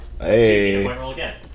Hey